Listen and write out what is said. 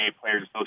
Players